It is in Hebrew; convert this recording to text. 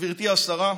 גברתי השרה: